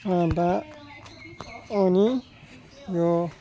अन्त अनि यो